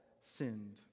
sinned